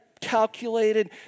calculated